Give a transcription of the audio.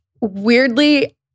weirdly